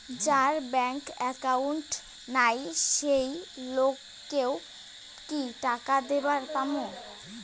যার bank account নাই সেই লোক কে ও কি টাকা দিবার পামু?